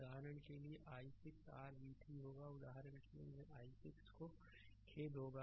उदाहरण के लिए i6 r v3 होगा उदाहरण के लिए यहां i6 को खेद होगा